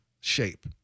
shape